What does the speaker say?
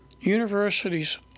Universities